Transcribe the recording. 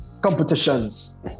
competitions